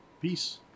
Peace